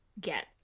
get